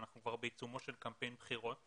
ואנחנו כבר בעיצומו של קמפיין בחירות.